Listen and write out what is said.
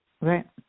Right